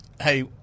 hey